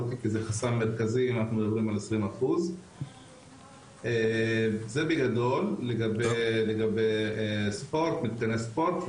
כי זה חסם מרכזי אם אנחנו מדברים על 20%. זה בגדול לגבי נושא הספורט.